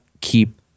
keep